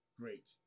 great